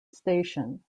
station